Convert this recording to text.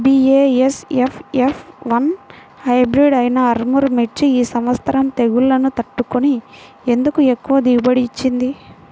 BASF F one hybrid అయినా ఆర్ముర్ మిర్చి ఈ సంవత్సరం తెగుళ్లును తట్టుకొని ఎందుకు ఎక్కువ దిగుబడి ఇచ్చింది?